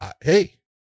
hey